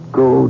go